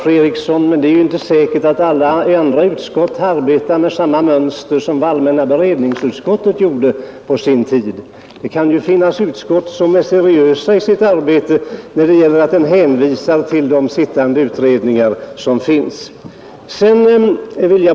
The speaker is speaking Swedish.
Herr talman! Det är inte säkert att alla utskott arbetar med samma mönster som allmänna beredningsutskottet gjorde på sin tid. Det kan ju finnas utskott som är seriösa i sitt arbete när det gäller att hänvisa till utredningar som finns.